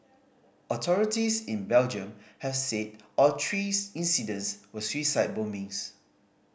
authorities in Belgium have said all three incidents were suicide bombings